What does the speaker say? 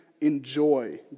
enjoy